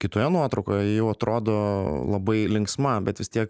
kitoje nuotraukoje ji jau atrodo labai linksma bet vis tiek